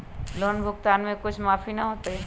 Loan भुगतान में कुछ माफी न होतई?